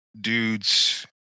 dudes